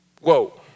Whoa